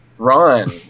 run